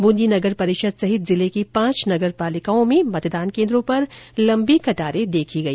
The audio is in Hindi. ब्रंदी नगर परिषद सहित सहित जिले की पांच नगर पालिकाओं में मतदान केन्द्रों पर लम्बी कतारें देखी गई